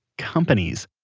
companies.